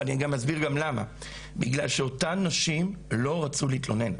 ואני אסביר גם למה: אותן נשים לא רצו להתלונן.